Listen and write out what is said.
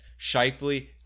Shifley